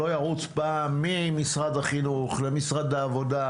לא ירוץ פעם ממשרד החינוך למשרד העבודה,